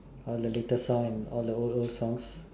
for the latest song and all the old old songs